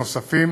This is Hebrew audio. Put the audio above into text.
נוספות